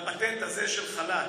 לפטנט הזה של חל"ת,